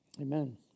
Amen